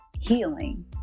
healing